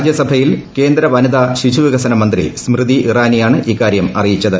രാജ്യസഭയിൽ കേന്ദ്ര വനിതാ ശിശുവികസന മന്ത്രി സ്മൃതി ഇറാനിയാണ് ഇക്കാരൃം അറിയിച്ചത്